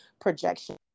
projection